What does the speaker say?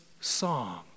psalm